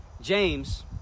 James